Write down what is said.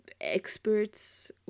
experts